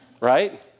Right